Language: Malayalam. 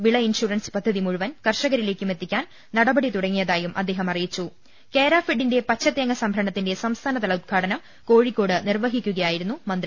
വിള ഇൻഷൂറൻസ് പദ്ധതി മുഴുവൻ കർഷകരിലേക്കും എത്തിക്കാൻ നടപടി തുടങ്ങിയതായും അദ്ദേഹം അറിയിച്ചു് കേരഫെഡിന്റെ പച്ച തേങ്ങ സംഭരണത്തിന്റെ സംസ്ഥാന്തല ഉദ്ഘാടനം കോഴി ക്കോട് നിർവഹിക്കുകയായിരുന്നു മന്ത്രി